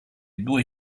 due